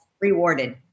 rewarded